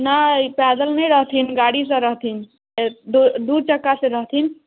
नहि पैदल नहि रहथिन गाड़ीसँ रहथिन दऽ दू चक्कासँ रहथिन